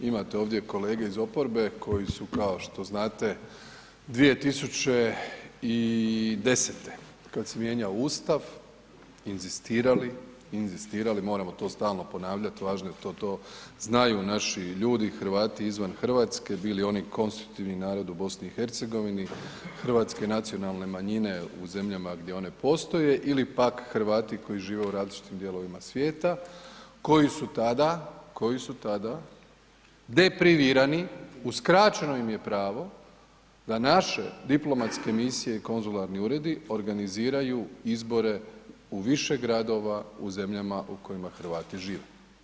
Imate ovdje kolege iz oporbe koji su kao što znate, 2010. kad se mijenjao Ustav inzistirali, inzistirali, moramo to stalno ponavljati, važno je to da znaju naši ljudi, Hrvati izvan Hrvatske, bili oni konstitutivni narod u BiH-u, hrvatske nacionalne manjine u zemljama gdje one postoje ili pak Hrvati koji žive u različitim dijelovima svijeta, koji su tada deprivirani, uskraćeno im je pravo da naše diplomatske misije i konzularni uredi organiziraju izbore u više gradova u zemljama u kojima Hrvati žive.